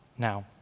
Now